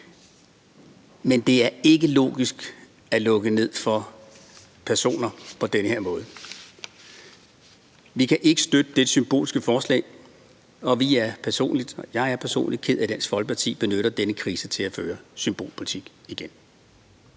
men det er ikke logisk at lukke ned for personer på den her måde. Vi kan ikke støtte dette symbolske forslag, og jeg er personligt ked af, at Dansk Folkeparti benytter denne krise til at føre symbolpolitik igen.